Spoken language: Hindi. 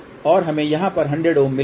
और हमें यहां पर 100 Ω मिलेंगे